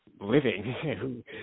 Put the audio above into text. living